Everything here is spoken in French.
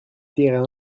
terrain